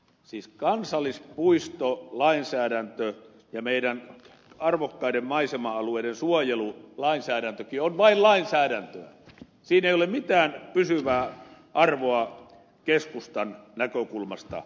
siis kansallispuistolainsäädäntö ja meidän arvokkaiden maisema alueidemme suojelulainsäädäntökin on vain lainsäädäntöä siinä ei ole mitään pysyvää arvoa keskustan näkökulmasta